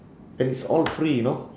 and it's all free you know